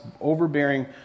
overbearing